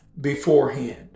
beforehand